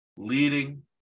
Leading